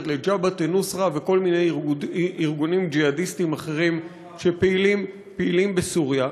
ל"ג'בהת א-נוסרה" ולכל מיני ארגונים ג'יהאדיסטיים אחרים שפעילים בסוריה,